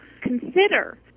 consider